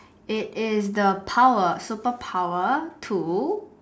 it is the power certain power to